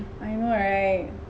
I know right